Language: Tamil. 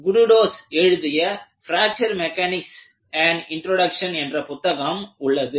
குடுடோஸ் எழுதிய"பிராக்சர் மெக்கானிக்ஸ் யேன் இன்ட்ரோடக்சன் என்ற புத்தகம் உள்ளது